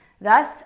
thus